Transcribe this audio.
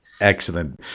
excellent